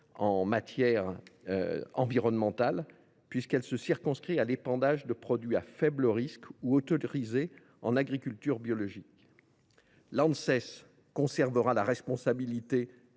en matière environnementale puisque son champ est circonscrit à l’épandage de produits à faible risque ou autorisés en agriculture biologique. L’Anses conservera la responsabilité